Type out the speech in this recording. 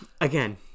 Again